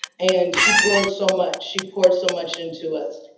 and she poured so much, she poured so much into us.